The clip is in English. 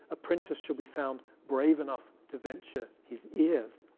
apprentice should be found brave enough to venture his ears.